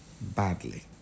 badly